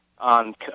on